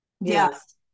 yes